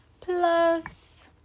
plus